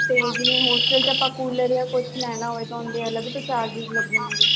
ਅਤੇ ਜਿਵੇਂ ਹੋਸਟਲ 'ਚ ਆਪਾਂ ਕੂਲਰ ਜਾਂ ਕੁਛ ਲੈਣਾ ਹੋਵੇ ਤਾਂ ਉਹ ਦੇ ਅਲੱਗ ਤੋਂ ਚਾਰਜਰਸ ਲੱਗਣਗੇ